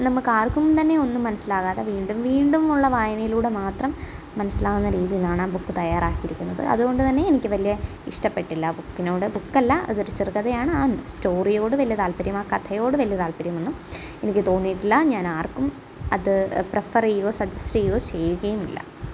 നമുക്ക് ആർക്കും തന്നെ ഒന്നും മനസ്സിലാകാതെ വീണ്ടും വീണ്ടും ഉള്ള വായനയിലൂടെ മാത്രം മനസ്സിലാകുന്ന രീതിയിലാണ് ആ ബുക്ക് തയ്യാറാക്കിയിരിക്കുന്നത് അത്കൊണ്ട് തന്നെ എനിക്ക് വലിയ ഇഷ്ടപ്പെട്ടില്ല ആ ബുക്കിനോട് ബുക്കല്ല അതൊരു ചെറുകഥയാണ് ആ സ്റ്റോറിയോട് വലിയ താത്പര്യം ആ കഥയോട് വലിയ താത്പര്യമൊന്നും എനിക്ക് തോന്നിയിട്ടില്ല ഞാൻ ആർക്കും അത് പ്രെഫെർ ചെയ്യുകയോ സജസ്റ്റ് ചെയ്യുകയോ ചെയ്യുകയും ഇല്ല